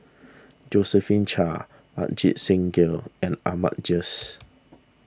Josephine Chia Ajit Singh Gill and Ahmad Jais